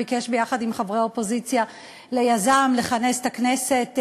ביקש יחד עם חברי הכנסת מהאופוזיציה ליזום לכנס את הכנסת.